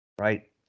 right